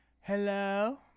hello